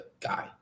guy